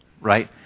right